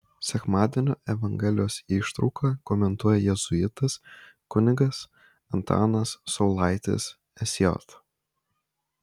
sekmadienio evangelijos ištrauką komentuoja jėzuitas kunigas antanas saulaitis sj